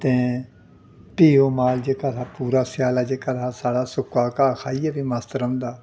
ते भी ओह् माल जेह्का पूरा स्याला जेह्का साढ़ा सुक्का दा घाऽ खाइयै बी मस्त रौंह्दा